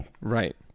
right